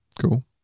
Cool